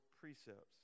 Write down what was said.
precepts